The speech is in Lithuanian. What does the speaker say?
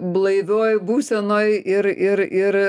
blaivioj būsenoj ir ir ir